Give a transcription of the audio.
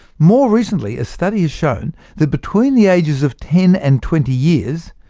more recently, a study has shown that between the ages of ten and twenty years,